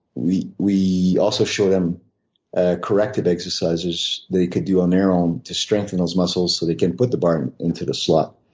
we we also show them ah corrective exercises they can do on their own to strengthen those muscles so they can put the bar into the slot.